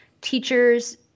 teachers